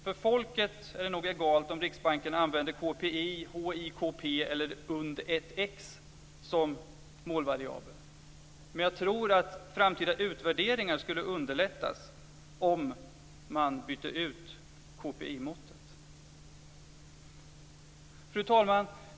För folket är det nog egalt om Riksbanken använder KPI, HIKP eller UND1X som målvariabel. Men jag tror att framtida utvärderingar skulle underlättas om man bytte ut KPI-måttet. Fru talman!